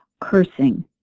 Cursing